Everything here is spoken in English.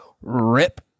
rip